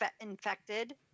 infected